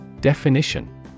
Definition